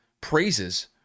praises